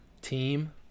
team